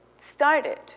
started